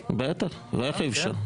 בטח, איך אי-אפשר?